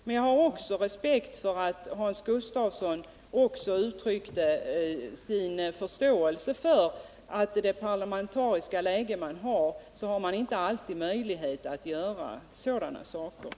Men jag uppskattar att Hans Gustafsson uttryckte sin förståelse för de svårigheter man som ledamot kan ha i ett sådant parlamentariskt läge som det vi nu har här i riksdagen.